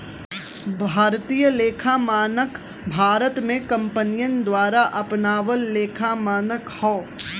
भारतीय लेखा मानक भारत में कंपनियन द्वारा अपनावल लेखा मानक हौ